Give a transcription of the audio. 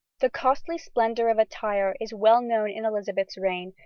the costly splendour of attire is well known in elizabeth's reign,